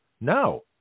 no